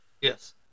Yes